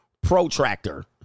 protractor